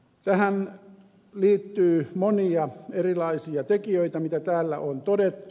tähän liittyy monia erilaisia tekijöitä mitä täällä on todettu